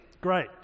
Great